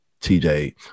TJ